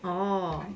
oh